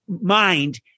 mind